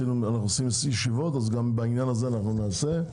גם בעניין הזה אנחנו נעשה.